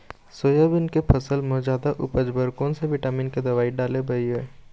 Soybean के फसल म जादा उपज बर कोन से विटामिन के दवई डाले बर ये?